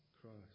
Christ